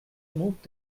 emot